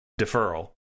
deferral